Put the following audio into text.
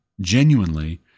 genuinely